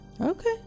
Okay